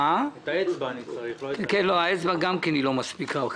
האצבע גם כן לא מספיקה כאן.